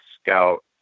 scout